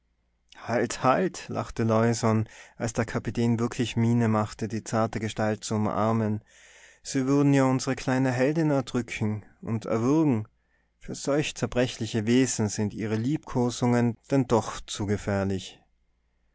halt halt lachte leusohn als der kapitän wirklich miene machte die zarte gestalt zu umarmen sie würden ja unsre kleine heldin erdrücken und erwürgen für solch zerbrechliche wesen sind ihre liebkosungen denn doch zu gefährlich